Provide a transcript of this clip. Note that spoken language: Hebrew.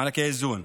מענקי איזון.